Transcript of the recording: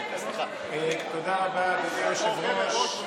תודה רבה, אדוני היושב-ראש.